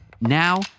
Now